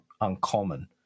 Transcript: uncommon